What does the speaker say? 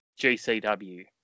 GCW